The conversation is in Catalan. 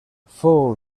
fou